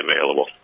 available